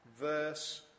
verse